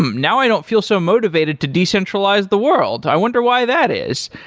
um now i don't feel so motivated to decentralize the world. i wonder why that is.